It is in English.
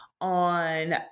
on